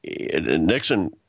Nixon